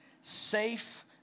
safe